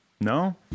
No